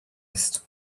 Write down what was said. east